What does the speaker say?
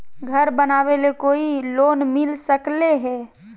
घर बनावे ले कोई लोनमिल सकले है?